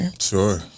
Sure